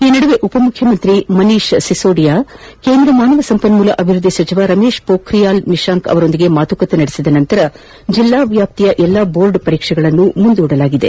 ಈ ಮಧ್ಯೆ ಉಪ ಮುಖ್ಯಮಂತ್ರಿ ಮನೀಶ್ ಸಿಸೋಡಿಯಾ ಕೇಂದ್ರ ಮಾನವ ಸಂಪನ್ಮೂಲ ಅಭಿವೃದ್ದಿ ಸಚಿವ ರಮೇಶ್ ಪೋಖ್ರಿಯಾಲ್ ನಿಶಾಂಕ್ ಅವರೊಂದಿಗೆ ಮಾತುಕತೆ ನಡೆಸಿದ ನಂತರ ಜಿಲ್ಲಾ ವ್ಯಾಪ್ತಿಯ ಎಲ್ಲ ಬೋರ್ಡ್ ಪರೀಕ್ಷೆಗಳನ್ನು ಮುಂದೂಡಲಾಗಿದೆ